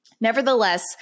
Nevertheless